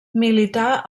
milità